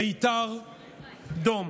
בית"ר דום.